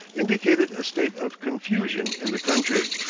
indicated a state of confusion in the country.